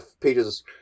pages